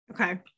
Okay